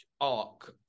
arc